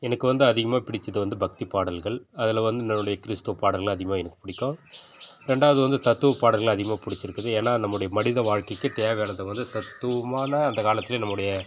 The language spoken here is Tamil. எனக்கு வந்து அதிகமா பிடித்தது வந்து பக்திப் பாடல்கள் அதில் வந்து இந்தவுடைய கிறிஸ்துவப் பாடல்கள் அதிகமாக எனக்கு பிடிக்கும் ரெண்டாவது வந்து தத்துவப் பாடல்கள் அதிகமாக பிடிச்சிருக்குது ஏனால் நம்முடைய மனித வாழ்க்கைக்கு தேவையானதை வந்து தத்துவமான அந்த காலத்தில் நம்முடைய